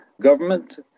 government